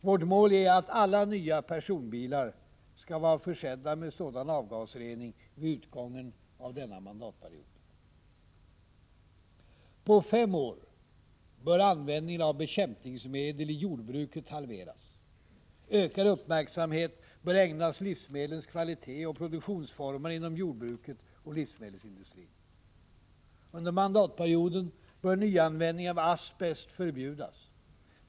Vårt mål är att alla nya personbilar skall vara försedda med sådan avgasrening vid utgången av denna mandatperiod. På fem år bör användningen av bekämpningsmedel i jordbruket halveras. Ökad uppmärksamhet bör ägnas livsmedlens kvalitet och produktionsformerna inom jordbruket och livsmedelsindustrin. Under mandatperioden bör nyanvändning av asbest förbjudas.